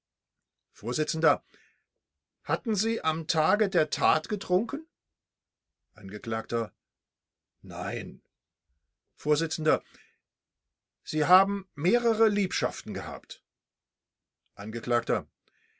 vors hatten sie am tage der tat getrunken angekl nein vors sie haben mehrere liebschaften gehabt